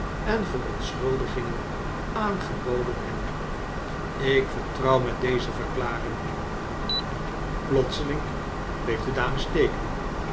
en verontschuldigingen aangeboden hebben ik vertrouw met deze verklaring plotseling bleef de dame steken